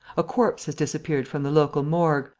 a corpse has disappeared from the local morgue,